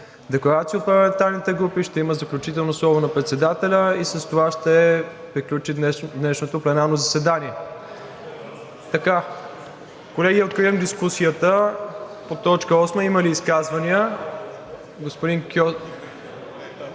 декларации от парламентарните групи, ще има заключително слово на председателя и с това ще приключи днешното пленарно заседание. Така, колеги, откривам дискусията по точка осма. Има ли изказвания? Становище по